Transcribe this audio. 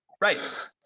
Right